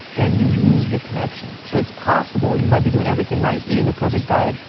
then you lose the connection. so it's possible, you might be doing everything right, eating the perfect diet,